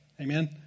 Amen